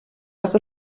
doch